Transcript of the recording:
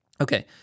Okay